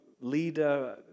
leader